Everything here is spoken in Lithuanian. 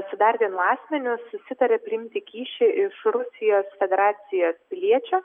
su dar vienu asmeniu susitarė priimti kyšį iš rusijos federacijos piliečio